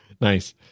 Nice